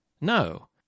No